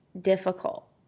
difficult